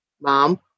mom